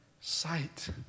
sight